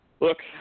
Look